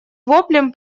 воплем